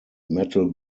metal